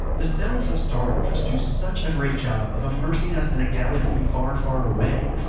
the sounds of star wars do such a great job of immersing us in a galaxy far, far away.